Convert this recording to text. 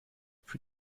für